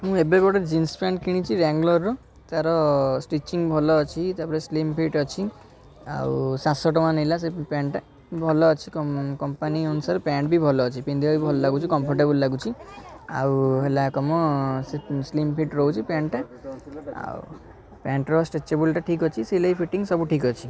ମୁଁ ଏବେ ଗୋଟେ ଜିନ୍ସ ପ୍ୟାଣ୍ଟ କିଣିଛି ରାଙ୍ଗଲୋରର ତା'ର ସ୍ଟିଚିଙ୍ଗ ଭଲ ଅଛି ତା'ପରେ ସ୍ଲିମ୍ ଫିଟ୍ ଅଛି ଆଉ ସାତଶହ ଟଙ୍କା ନେଲା ସେହି ପ୍ୟାଣ୍ଟଟା କିନ୍ତୁ ଭଲ ଅଛି କମ୍ପ କମ୍ପାନୀ ଅନୁସାରେ ପ୍ୟାଣ୍ଟ ବି ଭଲ ଅଛି ପିନ୍ଧିବାକୁ ବି ଭଲ ଲାଗୁଛି କମ୍ଫରଟେବଲ୍ ଲାଗୁଛି ଆଉ ହେଲା କ'ଣ ସ୍ଲିମ ଫିଟ୍ ରହୁଛି ପ୍ୟାଣ୍ଟଟା ଆଉ ପ୍ୟାଣ୍ଟର ଷ୍ଟ୍ରେଚେବଲ୍ଟା ଠିକ୍ ଅଛି ସିଲେଇ ଫିଟିଙ୍ଗ ସବୁ ଠିକ୍ଅଛି